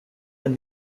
and